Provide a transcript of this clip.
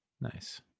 Nice